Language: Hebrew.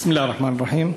בסם אללה א-רחמאן א-רחים.